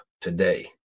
today